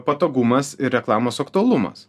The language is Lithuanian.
patogumas ir reklamos aktualumas